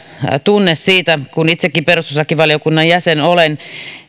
tunne siitä kun itsekin perustuslakivaliokunnan jäsen olen